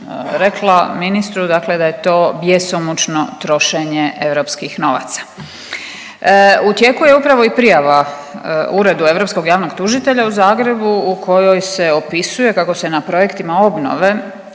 rekla ministru, dakle, da je to bjesomučno trošenje europskih novaca. U tijeku je upravo i prijava Uredu europskog javnog tužitelja u Zagrebu u kojoj se opisuje kako se na projektima obnove